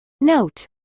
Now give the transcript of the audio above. Note